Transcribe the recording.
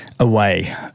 away